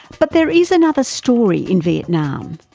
but there is another story in vietnam.